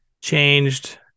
changed